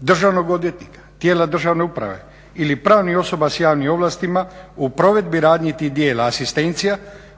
državnog odvjetnika, tijela državne uprave ili pravnih osoba s javnim ovlastima u provedbi radnji tih dijela asistencija